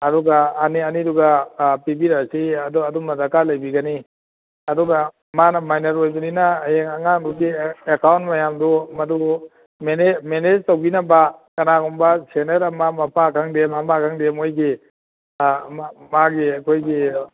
ꯑꯗꯨꯒ ꯑꯅꯤꯗꯨꯒ ꯑꯥ ꯄꯤꯕꯤꯔꯛꯑꯁꯤ ꯑꯗꯨꯃ ꯗꯔꯀꯥꯔ ꯂꯩꯕꯤꯒꯅꯤ ꯑꯗꯨꯒ ꯃꯥꯅ ꯃꯥꯏꯅꯔ ꯑꯣꯏꯕꯅꯤꯅ ꯍꯌꯦꯡ ꯑꯉꯥꯡꯗꯨꯒꯤ ꯑꯦꯀꯥꯎꯟ ꯃꯌꯥꯝꯗꯨ ꯃꯗꯨ ꯃꯦꯅꯦꯖ ꯇꯧꯕꯤꯅꯕ ꯀꯅꯥꯒꯨꯝꯕ ꯁꯦꯅꯤꯌꯔ ꯑꯃ ꯃꯄꯥ ꯈꯪꯗꯦ ꯃꯃꯥ ꯈꯪꯗꯦ ꯃꯣꯏꯒꯤ ꯑꯥ ꯃꯥꯒꯤ ꯑꯩꯈꯣꯏꯒꯤ